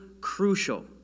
crucial